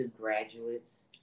graduates